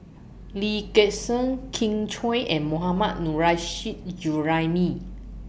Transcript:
Lee Gek Seng Kin Chui and Mohammad Nurrasyid Juraimi